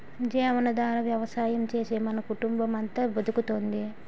జీవనాధార వ్యవసాయం చేసే మన కుటుంబమంతా బతుకుతోంది